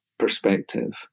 perspective